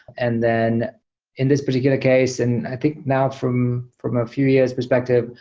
and then in this particular case, and i think now from from a few years perspective,